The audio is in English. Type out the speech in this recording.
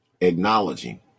acknowledging